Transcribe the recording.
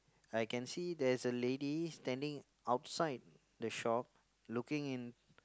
I can see there is a lady standing outside the shop looking in